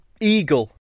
eagle